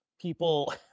people